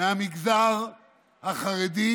מהמגזר החרדי,